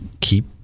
keep